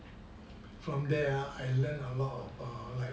from there ah I learnt a lot of like